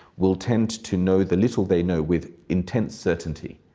will tend to know the little they know with intense certainty,